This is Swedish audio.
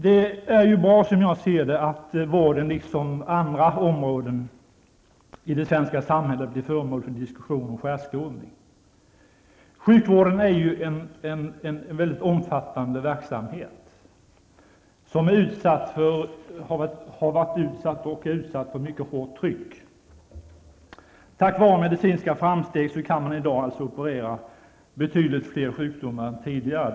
Det är bra att vården, liksom andra områden i det svenska samhället, blir föremål för diskussion och skärskådning. Sjukvården utgör en mycket omfattande verksamhet som har varit och är utsatt för mycket hårt tryck. Tack vare medicinska framsteg kan man i dag operera vid betydligt flera sjukdomar än tidigare.